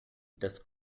das